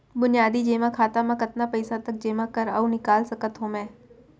बुनियादी जेमा खाता म कतना पइसा तक जेमा कर अऊ निकाल सकत हो मैं?